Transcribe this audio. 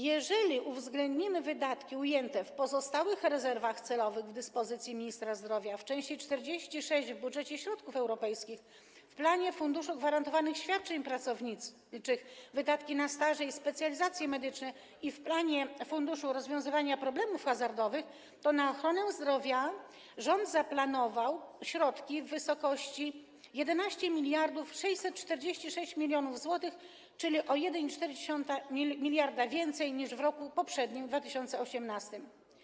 Jeżeli uwzględnimy wydatki ujęte w pozostałych rezerwach celowych będących w dyspozycji ministra zdrowia, w części 46 w budżecie środków europejskich, w planie Funduszu Gwarantowanych Świadczeń Pracowniczych wydatki na staże i specjalizacje medyczne i w planie Funduszu Rozwiązywania Problemów Hazardowych, na ochronę zdrowia rząd zaplanował środki w wysokości 11 646 mln zł, czyli o 1,4 mld więcej niż w roku poprzednim, 2018.